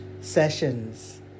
Sessions